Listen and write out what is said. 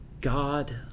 God